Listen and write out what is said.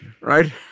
right